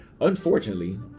unfortunately